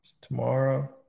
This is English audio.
Tomorrow